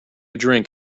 drink